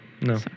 no